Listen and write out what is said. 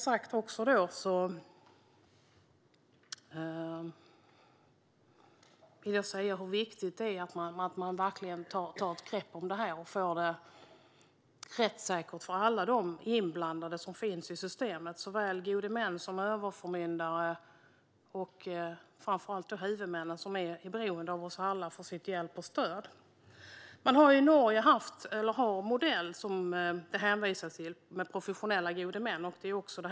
Jag vill säga hur viktigt det är att man verkligen tar ett grepp om detta och får det rättssäkert för alla de inblandade som finns i systemet - för gode män, för överförmyndare och, framför allt, för huvudmännen, som är beroende av oss alla för att få hjälp och stöd. I Norge har man, som det har hänvisats till, en modell med professionella gode män.